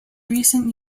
recent